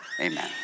Amen